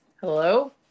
Hello